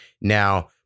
Now